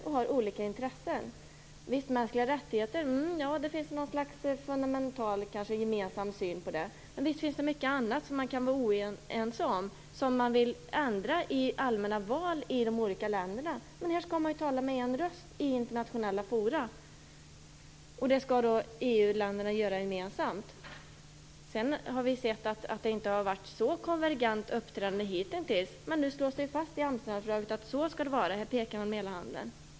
Det kanske finns ett slags fundamental gemensam syn på mänskliga rättigheter, men visst finns det mycket annat som man kan vara oense om och som man vill ändra i allmänna val i de olika länderna? Men här skall man ju tala med en röst i internationella forum. Detta skall EU-länderna göra gemensamt. Vi har sett att uppträdandet inte har varit så konvergent hittills, men nu slås det fast i Amsterdamfördraget att det skall vara så. Här pekar man med hela handen.